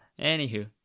Anywho